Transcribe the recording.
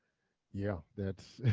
yeah, that's